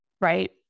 right